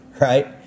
right